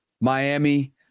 Miami